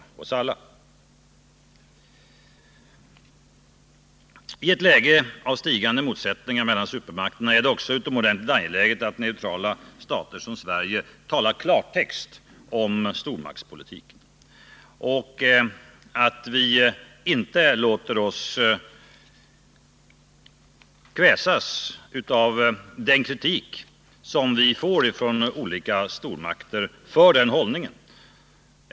I ett läge av ökande motsättningar mellan supermakterna är det också utomordentligt angeläget att neutrala stater som Sverige talar klartext om stormaktspolitiken. Vi skall inte låta oss kväsas av den kritik som vi får från olika stormakter för den hållningen.